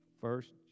First